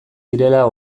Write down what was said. direla